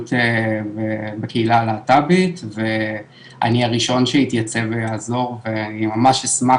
למוגבלות בקהילה הלהט"בית ואני הראשון שאתייצב ואעזור ואני ממש אשמח,